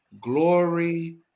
Glory